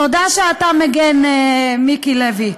תודה שאתה מגן, מיקי לוי.